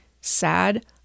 sad